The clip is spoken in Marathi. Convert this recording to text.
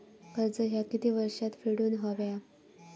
कर्ज ह्या किती वर्षात फेडून हव्या?